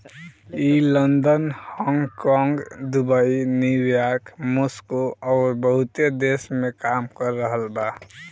ई London, Hong Kong, Dubai, New York, Moscow अउरी बहुते देश में काम कर रहल बा